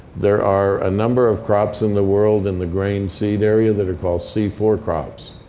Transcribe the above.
there are a number of crops in the world in the grain seed area that are called c four crops.